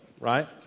right